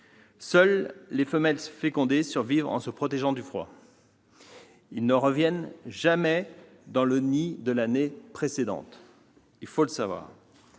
Seules les femelles fécondées survivent en se protégeant du froid. Ils ne reviennent jamais dans le nid de l'année précédente ; il faut le savoir.